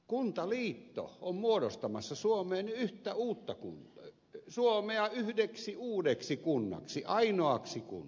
kuntaliitto on muodostamassa suomea yhdeksi uudeksi kunnaksi ainoaksi kunnaksi